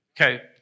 Okay